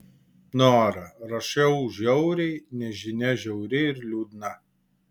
nora rašau žiauriai nes žinia žiauri ir liūdna